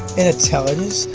in intelligence,